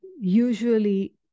usually